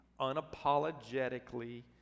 Unapologetically